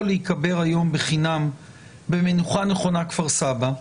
להיקבר היום בחינם במנוחה נכונה כפר סבא,